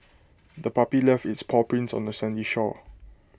the puppy left its paw prints on the sandy shore